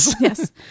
yes